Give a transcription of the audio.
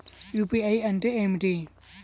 UPI అంటే ఏమిటీ?